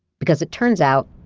because it turns out,